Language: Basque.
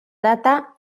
data